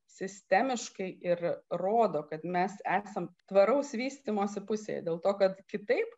sistemiškai ir rodo kad mes esam tvaraus vystymosi pusėje dėl to kad kitaip